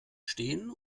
stehen